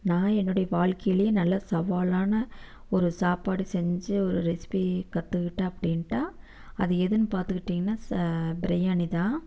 நான் என்னுடைய வாழ்க்கையிலே நல்ல சவாலான ஒரு சாப்பாடு செஞ்சு ஒரு ரெசிப்பி கற்றுக்கிட்டேன் அப்படின்டா அது எதுன்னு பார்த்துக்கிட்டிங்ன்னா ச பிரியாணி தான்